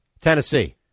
Tennessee